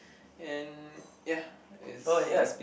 and ya it's uh